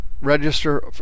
register